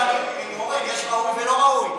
רגע, אבל אורן, יש ראוי ולא ראוי.